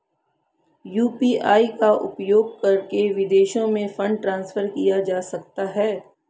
UPI का उपयोग करके विदेशों में फंड ट्रांसफर किया जा सकता है?